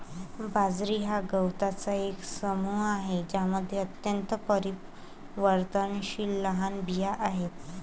बाजरी हा गवतांचा एक समूह आहे ज्यामध्ये अत्यंत परिवर्तनशील लहान बिया आहेत